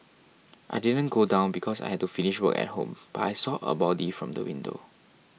I didn't go down because I had to finish work at home but I saw a body from the window